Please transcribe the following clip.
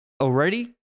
already